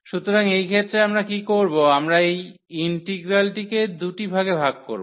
সুতরাং এই ক্ষেত্রে আমরা কী করব আমরা এই ইন্টিগ্রালটিকে দুটি ভাগে ভাগ করব